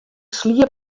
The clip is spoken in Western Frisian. sliep